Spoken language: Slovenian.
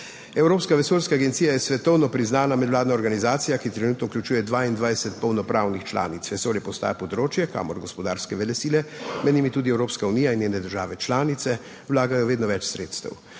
Evropska vesoljska agencija je svetovno priznana medvladna organizacija, ki trenutno vključuje 22 polnopravnih članic. Vesolje postaja področje, kamor gospodarske velesile, med njimi tudi Evropska unija in njene države članice, vlagajo vedno več sredstev.